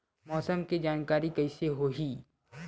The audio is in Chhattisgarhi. मौसम के जानकारी कइसे होही?